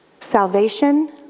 salvation